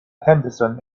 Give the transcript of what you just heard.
henderson